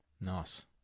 Nice